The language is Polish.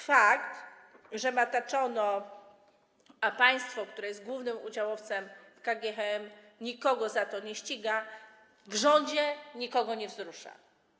Fakt, że mataczono, a państwo, które jest głównym udziałowcem KGHM, nikogo za to nie ściga, w rządzie nikogo nie wzrusza.